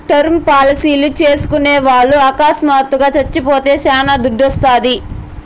term పాలసీలు చేస్కున్నోల్లు అకస్మాత్తుగా సచ్చిపోతే శానా దుడ్డోస్తాది